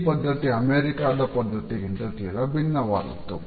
ಈ ಪದ್ಧತಿ ಅಮೇರಿಕಾದ ಪದ್ಧತಿಗಿಂತ ತೀರಾ ಭಿನ್ನವಾದುದು